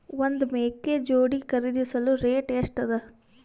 ಒಂದ್ ಮೇಕೆ ಜೋಡಿ ಖರಿದಿಸಲು ರೇಟ್ ಎಷ್ಟ ಅದ?